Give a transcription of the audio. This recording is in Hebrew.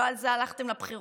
לא על זה הלכתם לבחירות.